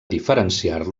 diferenciar